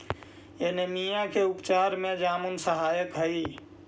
anaemia के उपचार में जामुन सहायक हई